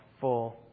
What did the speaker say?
full